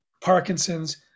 Parkinson's